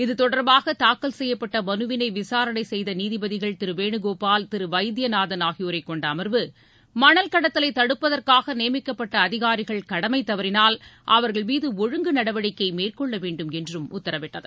இத்தொடர்பாக தாக்கல் செய்யப்பட்ட மனுவினை விசாரணை செய்த நீதிபதிகள் திரு வேணுகோபால் திரு வைத்தியநாதன் ஆகியோரை கொண்ட அமர்வு மணல் கடத்தலை தடுப்பதற்காக நியமிக்கப்பட்ட அதிகாரிகள் கடமை தவறினால் அவர்கள்மீது ஒழுங்கு நடவடிக்கை மேற்கொள்ள வேண்டும் என்றும் உத்தரவிட்டனர்